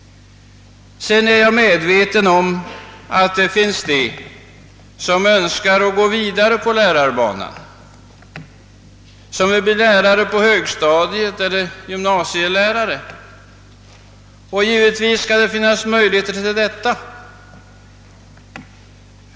Sedan är jag medveten om att det finns de som önskar gå vidare på lärar banan och som vill bli lärare på högstadiet eller gymnasielärare. Givetvis skall det finnas möjligheter till detta.